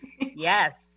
yes